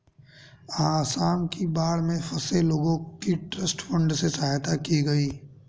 आसाम की बाढ़ में फंसे लोगों की ट्रस्ट फंड से सहायता की गई